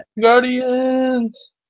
Guardians